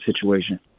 situation